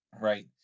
Right